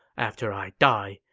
after i die,